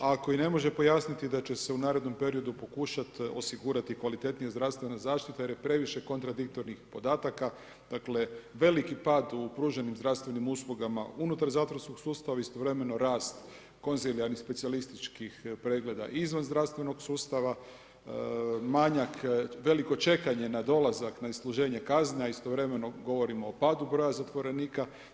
Ako i ne može pojasniti da će se u narednom periodu pokušati osigurati kvalitetnija zdravstvena zaštita jer je previše kontradiktornih podataka dakle veliki pad u pruženim zdravstvenim uslugama unutar zatvorskog sustava, istovremeno rast konzilijarnih specijalističkih pregleda izvan zdravstvenog sustav, manjak, veliko čekanje na dolazak na isluženje kazne a istovremeno govorimo o padu broja zatvorenika.